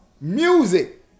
music